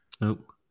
nope